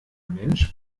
mensch